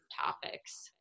topics